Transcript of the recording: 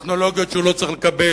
מהטכנולוגיות שהוא לא צריך לקבל.